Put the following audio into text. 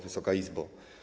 Wysoka Izbo!